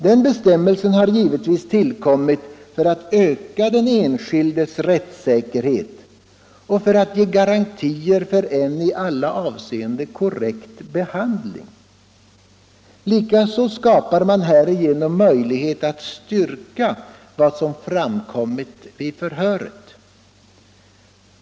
Den bestämmelsen har givetvis tillkommit för att öka den enskildes rättssäkerhet och för att ge garantier för en i alla avseenden korrekt behandling. Likaså skapar man härigenom möjlighet att styrka vad som framkommit vid förhöret.